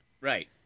Right